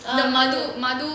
uh ah madhu madhu